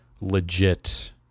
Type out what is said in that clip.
legit